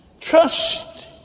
Trust